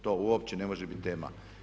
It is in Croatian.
To uopće ne može biti tema.